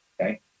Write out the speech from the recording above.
okay